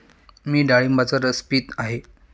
मी डाळिंबाचा रस पीत आहे